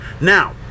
Now